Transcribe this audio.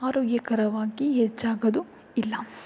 ಆರೋಗ್ಯಕರವಾಗಿ ಹೆಚ್ಚಾಗದು ಇಲ್ಲ